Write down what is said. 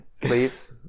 please